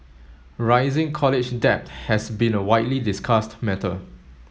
rising college debt has been a widely discussed matter